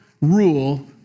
rule